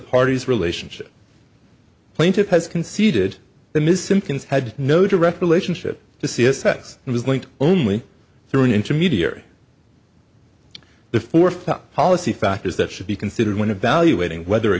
party's relationship plaintiff has conceded that ms simpkins had no direct relationship to c s s and was linked only through an intermediary the forethought policy factors that should be considered when evaluating whether a